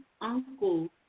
uncle